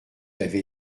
avait